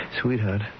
Sweetheart